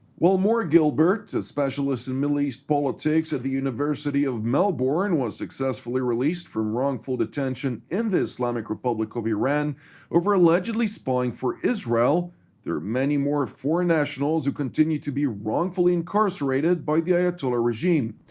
while moore-gilbert, a specialist in middle east politics at the university of melbourne, was successfully released from wrongful detention in the islamic republic of iran over allegedly spying for israel there are many more foreign nationals who continue to be wrongfully incarcerated by the ayatollah regime.